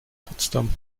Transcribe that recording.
potsdam